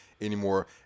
anymore